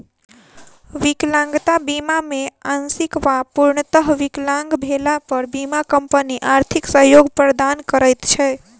विकलांगता बीमा मे आंशिक वा पूर्णतः विकलांग भेला पर बीमा कम्पनी आर्थिक सहयोग प्रदान करैत छै